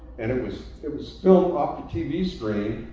and it was it was filmed off the tv screen,